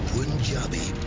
Punjabi